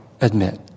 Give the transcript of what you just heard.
admit